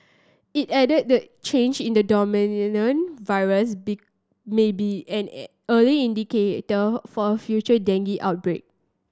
it added that change in the virus may be an early indicator for a future dengue outbreak